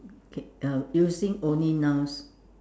can uh using only nouns